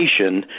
nation